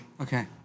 Okay